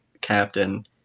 Captain